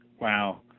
Wow